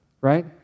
right